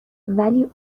ولی